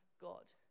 God